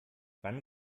wann